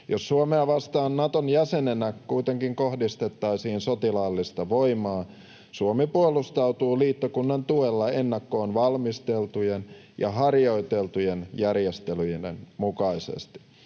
Jos Suomea vastaan Naton jäsenenä kuitenkin kohdistettaisiin sotilaallista voimaa, Suomi puolustautuu liittokunnan tuella ennakkoon valmisteltujen ja harjoiteltujen järjestelyiden mukaisesti.